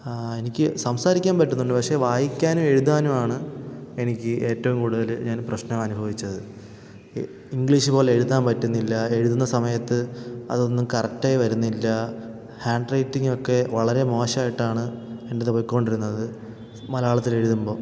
എനിക്ക് സംസാരിക്കാൻ പറ്റുന്നുണ്ട് പക്ഷേ വായിക്കാനുമെഴുതാനുമാണ് എനിക്ക് ഏറ്റവും കൂടുതൽ ഞാൻ പ്രശ്നമനുഭവിച്ചത് ഇംഗ്ലീഷ് പോലെ എഴുതാൻ പറ്റുന്നില്ല എഴുതുന്ന സമയത്ത് അതൊന്നും കറക്റ്റായി വരുന്നില്ല ഹാൻഡ് റൈറ്റിംഗ്ങ്ങൊക്കെ വളരെ മോശമായിട്ടാണ് എൻ്റേത് പോയി കൊണ്ടിരുന്നത് മലയാളത്തിലെഴുതുമ്പോൾ